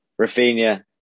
Rafinha